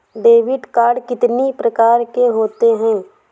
Debit card कितनी प्रकार के होते हैं?